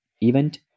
event